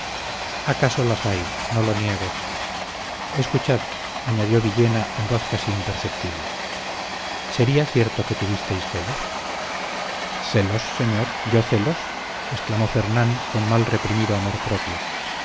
acaso las hay no lo niego escuchad añadió villena en voz casi imperceptible sería cierto que tuvisteis celos celos señor yo celos exclamó fernán con mal reprimido amor propio